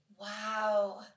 Wow